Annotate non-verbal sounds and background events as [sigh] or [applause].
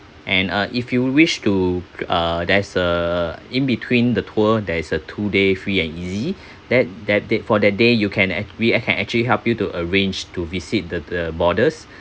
and uh if you wish to uh there's uh in between the tour there is a two day free and easy [breath] that that date for the day you can we can actually help you to arrange to visit the the borders [breath]